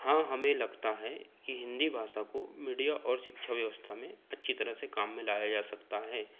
हाँ हमें लगता है कि हिन्दी भाषा को मीडिया और शिक्षा व्यवस्था में अच्छी तरह से काम में लाया जा सकता है